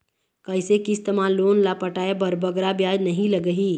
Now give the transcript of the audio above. कइसे किस्त मा लोन ला पटाए बर बगरा ब्याज नहीं लगही?